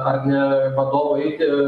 ar ne vadovui eiti